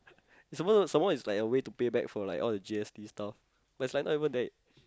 it's some more some more it's like a way to pay back for like all the G_S_T stuff but it's like not even there already